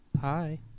Hi